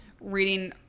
reading